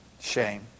Shame